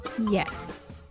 Yes